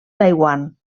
taiwan